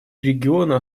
региона